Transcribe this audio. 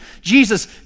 Jesus